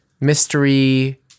mystery